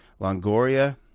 Longoria